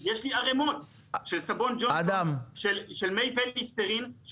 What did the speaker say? יש לי ערימות של סבון ג'ונסון של מי פה ליסטרין,